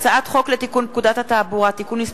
הצעת חוק לתיקון פקודת התעבורה (מס'